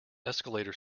escalator